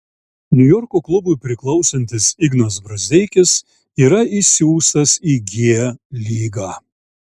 niujorko klubui priklausantis ignas brazdeikis yra išsiųstas į g lygą